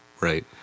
right